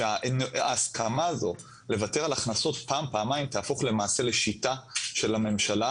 שהסכמה הזו לוותר על הכנסות פעם-פעמיים תהפוך למעשה לשיטה של הממשלה